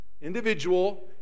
individual